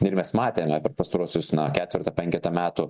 ir mes matėme pastaruosius ketvertą penketą metų